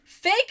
Fake